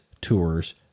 tours